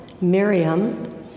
Miriam